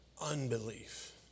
unbelief